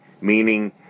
Meaning